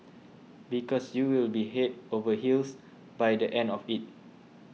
because you will be head over heels by the end of it